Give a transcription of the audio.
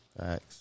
Thanks